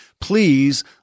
Please